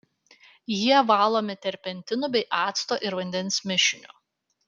jie valomi terpentinu bei acto ir vandens mišiniu